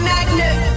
Magnet